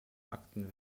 akten